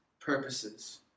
purposes